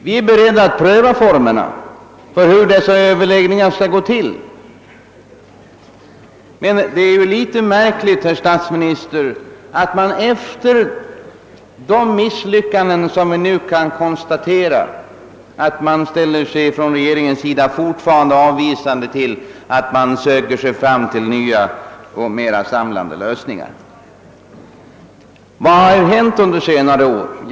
Vi är beredda att pröva formerna för överläggningen. Men det är litet märkligt, herr statsminister, att man från regeringens sida efter alla de misslyckanden vi kan konstatera fortfarande ställer sig avvisande till tanken att söka sig fram till nya och mer samlande lösningar. Vad har hänt under senare år?